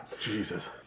Jesus